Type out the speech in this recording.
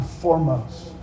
foremost